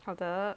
好的